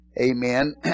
Amen